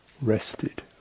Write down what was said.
rested